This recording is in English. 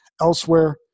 elsewhere